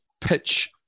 pitch